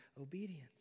obedience